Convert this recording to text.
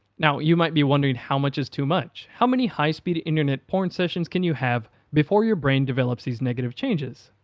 now you might be wondering how much is too much, how many high speed porn sessions can you have before your brain develops these negative changes.